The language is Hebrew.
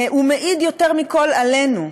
היא מעידה יותר מכול עלינו.